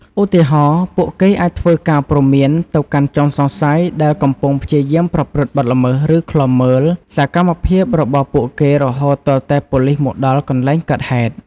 ឧទាហរណ៍ ពួកគេអាច ធ្វើការព្រមាន ទៅកាន់ជនសង្ស័យដែលកំពុងព្យាយាមប្រព្រឹត្តបទល្មើស ឬ ឃ្លាំមើល សកម្មភាពរបស់ពួកគេរហូតទាល់តែប៉ូលិសមកដល់កន្លែងកើតហេតុ។